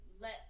let